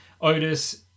Otis